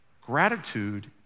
Gratitude